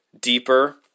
deeper